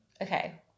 okay